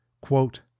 Quote